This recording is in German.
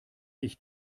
ich